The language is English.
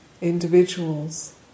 individuals